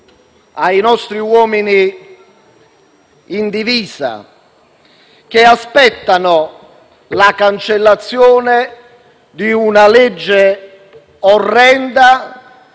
ai nostri uomini in divisa, che aspettano la cancellazione di una legge orrenda